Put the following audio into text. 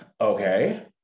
Okay